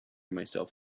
myself